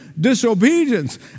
Disobedience